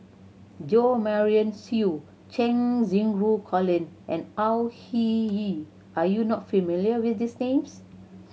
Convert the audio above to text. Jo Marion Seow Cheng Xinru Colin and Au Hing Yee are you not familiar with these names